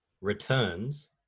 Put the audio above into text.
returns